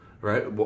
right